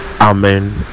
amen